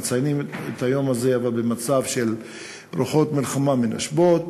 מציינים את היום הזה במצב של רוחות מלחמה מנשבות.